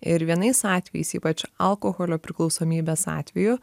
ir vienais atvejais ypač alkoholio priklausomybės atveju